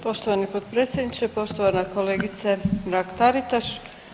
Poštovani potpredsjedniče, poštovana kolegice Mrak-Taritaš.